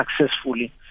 successfully